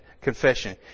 confession